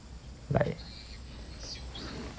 like